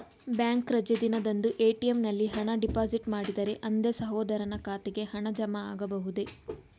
Bank ರಜೆ ದಿನದಂದು ATM ನಲ್ಲಿ ಹಣ ಡಿಪಾಸಿಟ್ ಮಾಡಿದರೆ ಅಂದೇ ಸಹೋದರನ ಖಾತೆಗೆ ಹಣ ಜಮಾ ಆಗಬಹುದೇ?